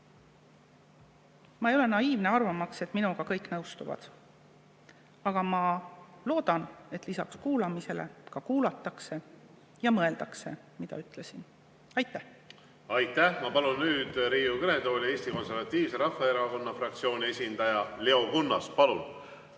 Ma ei ole naiivne arvamaks, et minuga kõik nõustuvad. Aga ma loodan, et lisaks kuulmisele ka kuulatakse ja mõeldakse selle üle, mida ütlesin. Aitäh! Aitäh! Ma palun nüüd Riigikogu kõnetooli Eesti Konservatiivse Rahvaerakonna fraktsiooni esindaja Leo Kunnase. Palun!